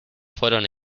fueron